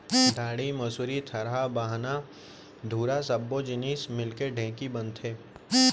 डांड़ी, मुसरी, थरा, बाहना, धुरा सब्बो जिनिस मिलके ढेंकी बनथे